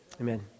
Amen